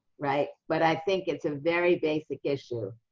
right? but i think it's a very basic issue,